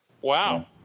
Wow